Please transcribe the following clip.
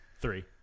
three